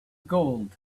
gold